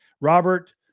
Robert